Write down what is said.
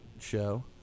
show